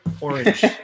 orange